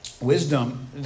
Wisdom